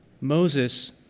Moses